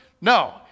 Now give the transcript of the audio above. No